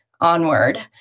onward